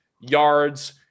yards